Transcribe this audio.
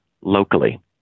locally